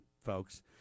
folks